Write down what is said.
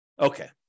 Okay